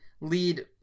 lead